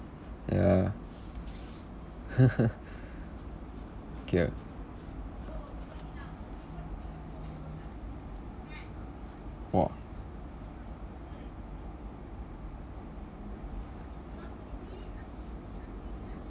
ya okay ah !wah!